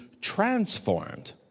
transformed